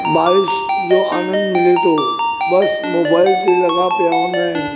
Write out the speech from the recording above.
बारिश जो आनंदु मिले थो बसि मोबाइल ते लॻा पिया हूंदा आहिनि